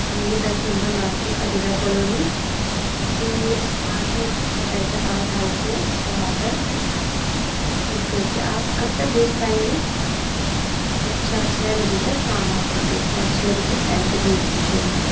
हाँ ये दस नंबर मार्केट अदिरा कॉलोनी उसके पास में द बैटक आर्ट हाउस है वहाँ पर ओके ओके आप कब तक भेज पाएंगे अच्छा छः बजे तक हाँ हाँ ओके ओके आप छः बजे टाइम पे भेज दीजियेगा